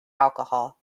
alcohol